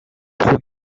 trop